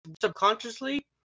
subconsciously